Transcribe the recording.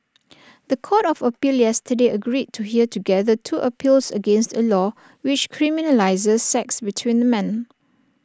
The Court of appeal yesterday agreed to hear together two appeals against A law which criminalises sex between men